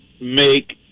make